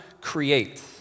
creates